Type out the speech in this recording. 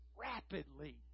rapidly